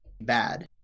bad